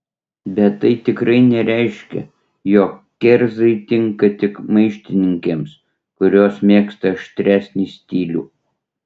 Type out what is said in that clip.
bet tai tikrai nereiškia jog kerzai tinka tik maištininkėms kurios mėgsta aštresnį stilių